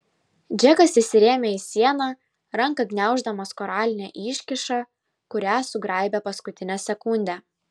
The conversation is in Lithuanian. džekas įsirėmė į sieną ranka gniauždamas koralinę iškyšą kurią sugraibė paskutinę sekundę